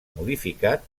modificat